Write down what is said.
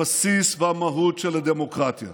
הבסיס והמהות של הדמוקרטיה